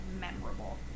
memorable